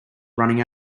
running